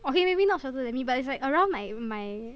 okay maybe not shorter than me but is like around my my